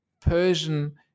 Persian